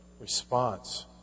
response